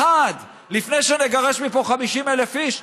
אחד, לפני שנגרש מפה 50,000 איש?